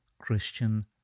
Christian